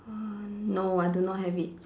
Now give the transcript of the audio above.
uh no I do not have it